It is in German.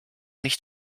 nicht